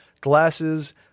glasses